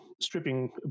stripping